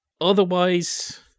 Otherwise